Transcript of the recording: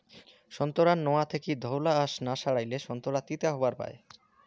সোন্তোরার নোয়া থাকি ধওলা আশ না সারাইলে সোন্তোরা তিতা হবার পায়